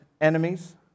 enemies